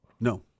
No